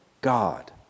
God